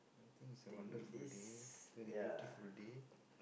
I think it's a wonderful day very beautiful day